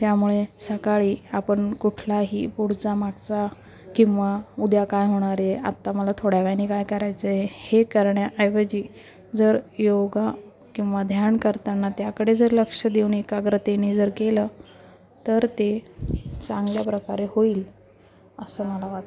त्यामुळे सकाळी आपण कुठलाही पुढचा मागचा किंवा उद्या काय होणार आहे आत्ता मला थोड्यावेळाने काय करायचं आहे हे करण्याऐवजी जर योगा किंवा ध्यान करताना त्याकडे जर लक्ष देऊन एकाग्रतेने जर केलं तर ते चांगल्या प्रकारे होईल असं मला वाटतं